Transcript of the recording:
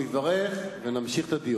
הוא יברך ונמשיך את הדיון.